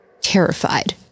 terrified